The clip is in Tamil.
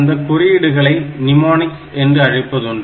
அந்த குறியீடுகளை நிமோநிக்ஸ் என்றும் அழைப்பதுண்டு